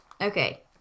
Okay